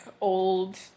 old